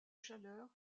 chaleur